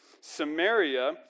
Samaria